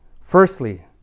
Firstly